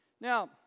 Now